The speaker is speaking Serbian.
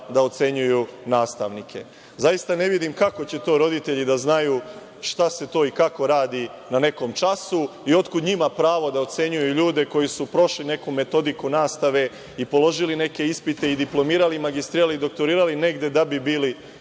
da ocenjuju nastavnike. Zaista ne vidim kako će roditelji da znaju šta se to i kako radi na nekom času i otkud njima pravo da ocenjuju ljude koji su prošli neku metodiku nastave i položili neke ispite i magistrirali i doktorirali negde da bi bili